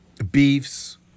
Beefs